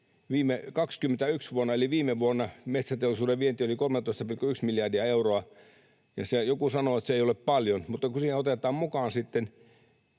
Vuonna 21 eli viime vuonna metsäteollisuuden vienti oli 13,1 miljardia euroa, ja joku sanoi, että se ei ole paljon. Mutta kun siihen otetaan mukaan sitten